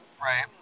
right